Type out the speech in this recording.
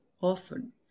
often